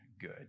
good